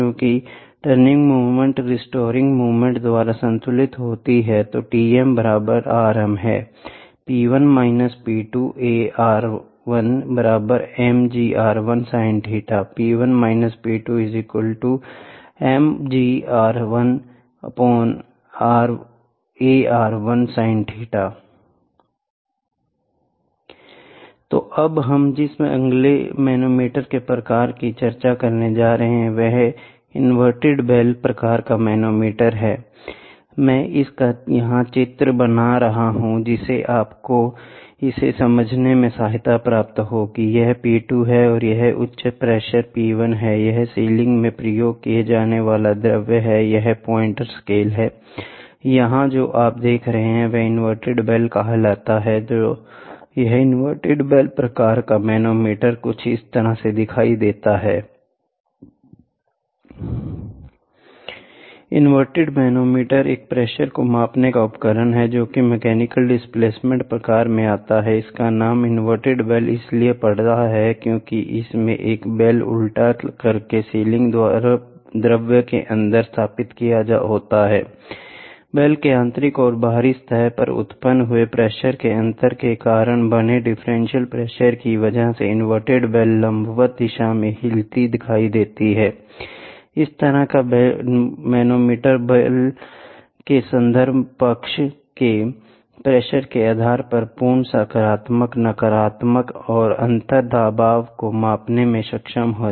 चूंकि turning moment restoring moment द्वारा संतुलित होता है तो अब हम जिस अगले मैनोमीटर के प्रकार की चर्चा करने जा रहे हैं वह इनवर्टेड बेल प्रकार का मैनोमीटर हैI मैं इसका यहां चित्र बना रहा हूं जिससे आपको इसे समझने में सहायता प्राप्त होगीI यह P2 है और यह उच्च प्रेशर P1 हैI यह सीलिंग में प्रयोग किए जाने वाला द्रव्य है यह प्वाइंटर स्केल हैI यहां जो आप देख रहे हैं वह इनवर्टेड बेल कहलाता हैI तो यह इनवर्टेड बेल प्रकार का मैनोमीटर कुछ इस तरह से दिखाई देता हैI इनवर्टेड मैनोमीटर एक प्रेशर को मापने का उपकरण है जोकि मैकेनिकल डिस्प्लेसमेंट प्रकार में आता हैI इसका नाम इनवर्टेड बेल इसलिए पड़ा है क्योंकि इसमें एक बेल उल्टा करके सीलिंग द्रव्य के अंदर स्थापित किया होता हैI बेल के आंतरिक और बाहरी सतह पर उत्पन्न हुए प्रेशर अंतर के कारण बने डिफरेंशियल प्रेशर की वजह से इनवर्टेड बेल लंबवत दिशा में हिलती दिखाई देती हैI इस तरह का मैनोमीटर बेल के संदर्भ पक्ष के प्रेशर के आधार पर पूर्ण सकारात्मक नकारात्मक और अंतर दबाव को मापने में सक्षम है